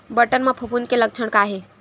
बटर म फफूंद के लक्षण का हे?